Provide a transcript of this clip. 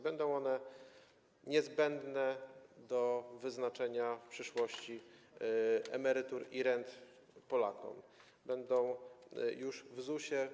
Będą one niezbędne do wyliczenia w przyszłości emerytur i rent Polakom, będą już w ZUS-ie.